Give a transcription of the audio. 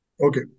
Okay